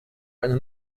eine